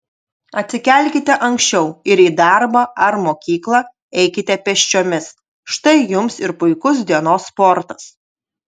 atsikelkite anksčiau ir į darbą ar mokyklą eikite pėsčiomis štai jums ir puikus dienos sportas